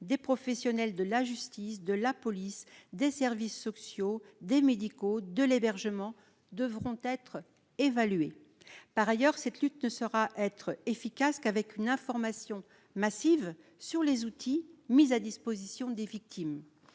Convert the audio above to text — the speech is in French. des professionnels de la justice, de la police, des services sociaux, médicaux et de l'hébergement devront être évalués. Par ailleurs, cette lutte ne sera efficace qu'avec une information massive sur les outils mis à la disposition des victimes.